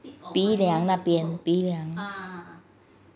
鼻梁那边鼻梁